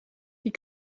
die